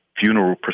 funeral